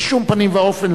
בשום פנים ואופן,